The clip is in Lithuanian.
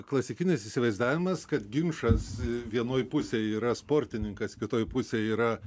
klasikinis įsivaizdavimas kad ginčas vienoj pusėj yra sportininkas kitoj pusėj yra